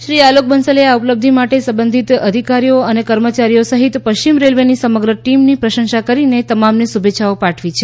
શ્રી આલોક બંસલે આ ઉપલબ્ધી માટે સંબંઘિત અધિકારીઓ અને કર્મચારીઓ સહિત પશ્ચિમ રેલ્વેની સમગ્ર ટીમની પ્રશંસા કરીને તમામને શુભેચ્છા પાઠવી છે